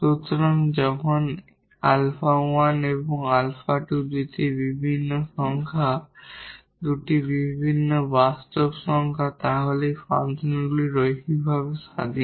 সুতরাং যখন 𝛼1 এবং 𝛼2 এই দুটি ভিন্ন সংখ্যা দুটি ভিন্ন বাস্তব সংখ্যা তাহলে এই ফাংশনগুলি লিনিয়ারভাবে স্বাধীন